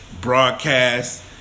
broadcast